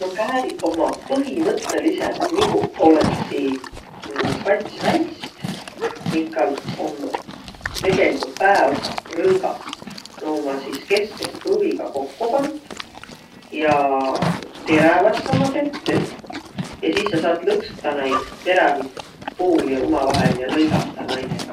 No kääriq ommaq põhimõttõlisõlt niguq olõssiq kats väist, minkal om tegeligult pääotsah rõngas. Nu ommaq sis keskest kruvigaq kokko pant ja teräväs ommaq tettüq. Ja sis sa saat lõksutaq naid terävit puuli umavahel ja lõigata naidõga.